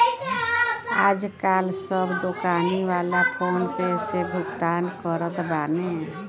आजकाल सब दोकानी वाला फ़ोन पे से भुगतान करत बाने